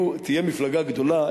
תהיה מפלגה גדולה,